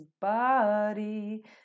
body